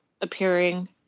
appearing